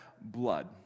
blood